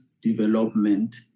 development